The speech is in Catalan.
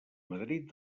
madrid